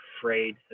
afraid